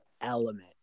element